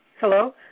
Hello